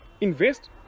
Invest